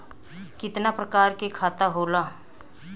कितना प्रकार के खाता होला?